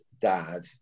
dad